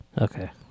Okay